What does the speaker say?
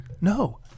No